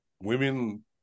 women